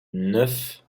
neuf